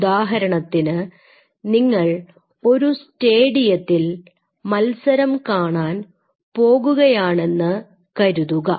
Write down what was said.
ഉദാഹരണത്തിന് നിങ്ങൾ ഒരു സ്റ്റേഡിയത്തിൽ മത്സരം കാണാൻ പോകുകയാണെന്നു കരുതുക